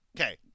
Okay